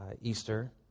Easter